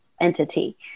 entity